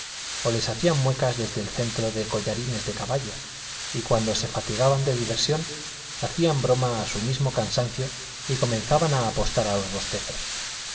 o les hacían muecas desde el centro de collarines de caballo y cuando se fatigaban de diversión hacían broma de su mismo cansancio y comenzaban a apostar a los bostezos